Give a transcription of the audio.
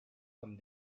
comme